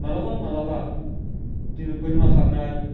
माब्लाबा माब्लाबा बिदिनो बोरमा हाबनाय